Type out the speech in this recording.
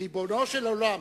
ריבונו של עולם,